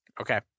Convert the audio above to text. Okay